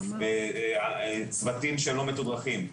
וצוותים שלא מתודרכים.